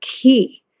key